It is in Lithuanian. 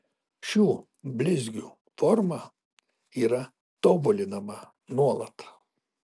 šių blizgių forma yra tobulinama nuolat